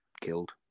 killed